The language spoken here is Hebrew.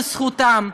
זאת זכותם.